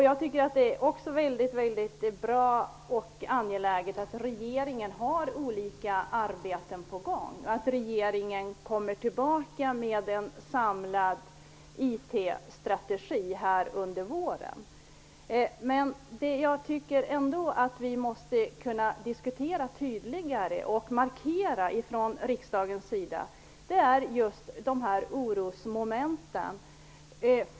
Jag tycker också att det är mycket bra och angeläget att regeringen har olika arbeten på gång och att regeringen kommer tillbaka med en samlad IT strategi under våren. Men det jag tycker att vi måste kunna diskutera och markera tydligare från riksdagens sida är just orosmomenten.